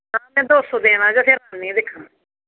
में दो सौ देना ते फिर आनियां दिक्खना